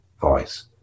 voice